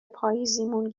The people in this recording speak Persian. پاییزیمون